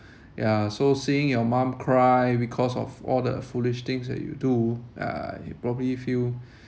ya so seeing your mum cry because of all the foolish things that you do uh you probably feel